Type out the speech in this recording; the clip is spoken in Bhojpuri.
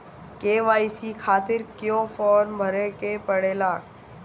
के.वाइ.सी खातिर क्यूं फर्म भरे के पड़ेला?